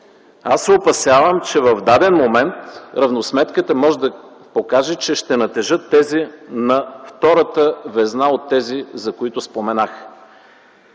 Опасявам се, че в даден момент равносметката може да покаже, че ще натежат тези на втората везна от тези, за които споменах.